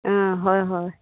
অঁ হয় হয়